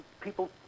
people